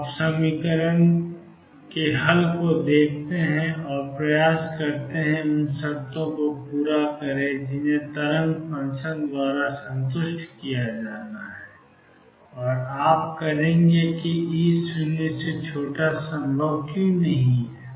आप समीकरण के हल को देखते हैं और प्रयास करते हैं उन शर्तों को पूरा करें जिन्हें तरंग फ़ंक्शन द्वारा संतुष्ट किया जाना है और आप करेंगे कि E0 क्यों संभव नहीं है